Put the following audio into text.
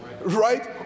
right